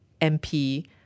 MP